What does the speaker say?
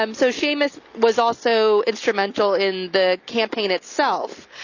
um so seamus was also instrumental in the campaign itself.